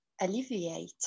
alleviate